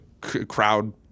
crowd